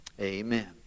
amen